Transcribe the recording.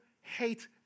hate